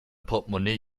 portmonee